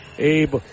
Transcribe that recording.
Abe